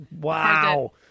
wow